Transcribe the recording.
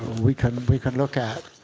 we can we can look at.